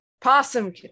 Possum